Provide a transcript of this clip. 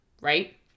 right